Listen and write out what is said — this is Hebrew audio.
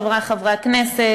חברי חברי הכנסת,